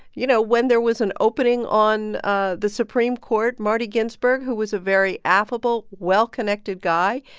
you know, when there was an opening on ah the supreme court, marty ginsburg, who was a very affable, well-connected guy,